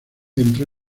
entró